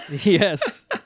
yes